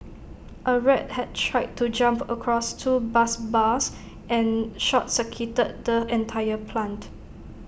A rat had tried to jump across two bus bars and short circuited the entire plant